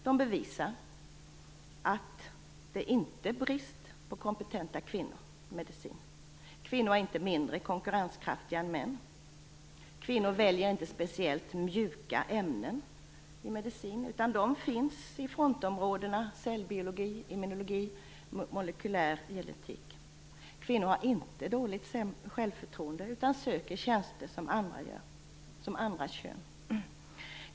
De bevisar att det inte råder någon brist på kompetenta kvinnor, att kvinnor inte är mindre konkurrenskraftiga än män och att de inte väljer speciellt mjuka ämnen i medicin - de finns inom frontområdena cellbiologi, immunologi och molekulär genetik. Vidare har kvinnor inte dåligt självförtroende utan söker tjänster på samma sätt som männen.